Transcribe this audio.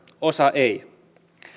osa ei